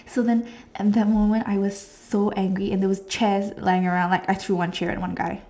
so then at that moment I was so angry and there were chairs lying around like I threw one chair at one guy